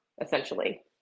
essentially